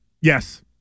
Yes